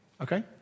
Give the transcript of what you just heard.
Okay